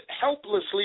helplessly